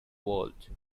world